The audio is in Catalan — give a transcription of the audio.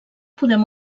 podem